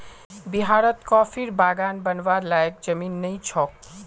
बिहारत कॉफीर बागान बनव्वार लयैक जमीन नइ छोक